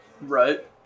Right